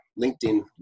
LinkedIn